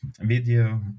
video